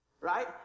Right